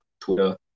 Twitter